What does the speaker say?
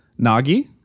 Nagi